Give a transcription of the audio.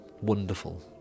wonderful